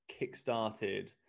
kickstarted